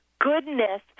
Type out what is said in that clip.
goodness